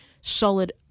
solid